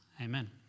amen